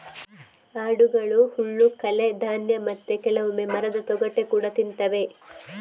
ಆಡುಗಳು ಹುಲ್ಲು, ಕಳೆ, ಧಾನ್ಯ ಮತ್ತೆ ಕೆಲವೊಮ್ಮೆ ಮರದ ತೊಗಟೆ ಕೂಡಾ ತಿಂತವೆ